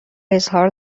اظهار